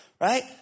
right